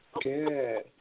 good